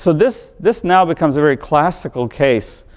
so this this now becomes a very classical case.